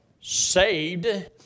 saved